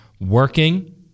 working